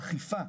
אכיפה,